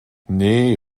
nee